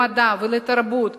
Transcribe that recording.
למדע ולתרבות,